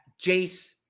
Jace